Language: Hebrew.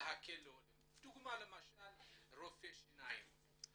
ולהקל על העולים, לדוגמה למשל לגבי רופאי השיניים.